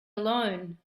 alone